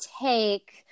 take